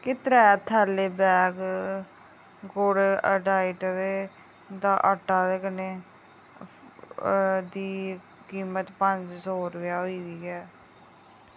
क्या त्रैऽ थैले बैग गुड डाइट द्रऊ दा आटा कन्नै एह्दी कीमत पंज रपेऽ होई एई ऐ